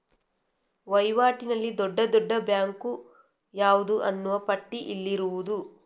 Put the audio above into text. ವೈವಾಟಿನಲ್ಲಿ ದೊಡ್ಡ ದೊಡ್ಡ ಬ್ಯಾಂಕು ಯಾವುದು ಅನ್ನುವ ಪಟ್ಟಿ ಇಲ್ಲಿರುವುದು